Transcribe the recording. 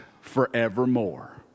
forevermore